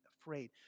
afraid